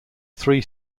three